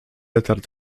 letarg